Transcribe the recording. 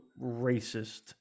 racist